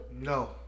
No